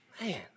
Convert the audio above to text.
Man